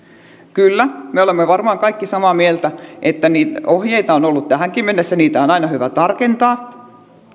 kyllä me olemme varmaan kaikki samaa mieltä että ohjeita on ollut tähänkin mennessä niitä on aina hyvä tarkentaa